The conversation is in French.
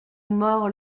mord